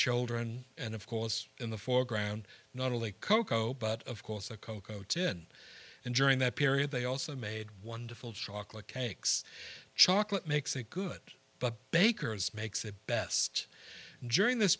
children and of course in the foreground not only cocoa but of course a cocoa tin and during that period they also made wonderful chocolate cakes chocolate makes it good but bakers makes it best jury in this